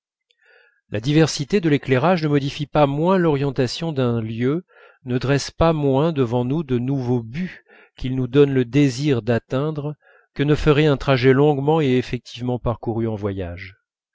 la diversité de l'éclairage ne modifie pas moins l'orientation d'un lieu ne dresse pas moins devant nous de nouveaux buts qu'il nous donne le désir d'atteindre que ne ferait un trajet longuement et effectivement parcouru en voyage